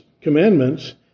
commandments